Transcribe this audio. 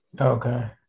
Okay